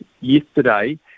yesterday